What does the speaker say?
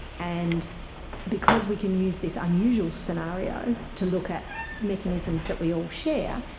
and because we can use this unusual scenario to look at mechanisms that we all share,